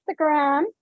Instagram